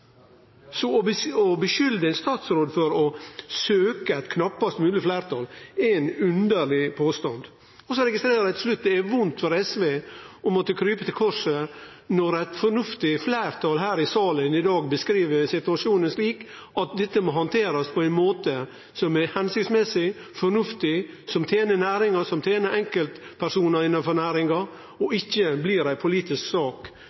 Så å skulde ein statsråd for å søkje eit knappast mogleg fleirtal er ein underleg påstand. Så registrerer eg til slutt at det er vondt for SV å måtte krype til korset når eit fornuftig fleirtal her i salen i dag beskriv situasjonen slik at dette må handterast på ein måte som er hensiktsmessig, som er fornuftig, som tener næringa, som tener enkeltpersonar innanfor næringa, og at det ikkje blir ei politisk sak